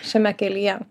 šiame kelyje